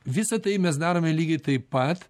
visa tai mes darome lygiai taip pat